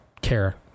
care